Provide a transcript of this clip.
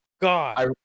God